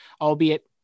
albeit